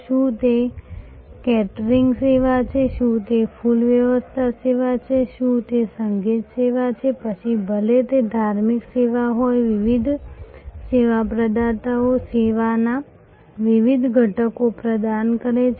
શું તે કેટરિંગ સેવા છે શું તે ફૂલ વ્યવસ્થા સેવા છે શું તે સંગીત સેવા છે પછી ભલે તે ધાર્મિક સેવા હોય વિવિધ સેવા પ્રદાતાઓ સેવાના વિવિધ ઘટકો પ્રદાન કરે છે